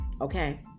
Okay